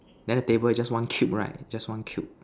then the table just one cube right just one cube